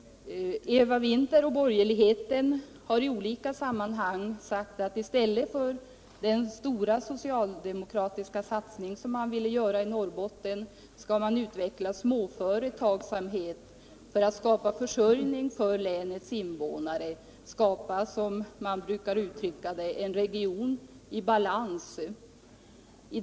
Eva Winther och borgerligheten i övrigt har i olika sammanhang uttalat att man, i stället för den stora socialdemokratiska satsning som skulle göras i Norrbotten, skulle utveckla småföretagsamhet för att skapa försörjning för länets invånare. Man vill, som man brukar uttrycka det, skapa en region i balans.